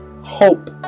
hope